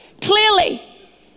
Clearly